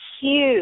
huge